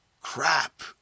crap